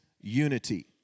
unity